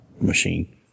machine